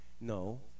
No